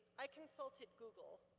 i consulted google.